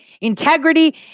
Integrity